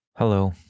Hello